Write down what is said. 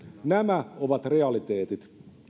nämä ovat realiteetit